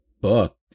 book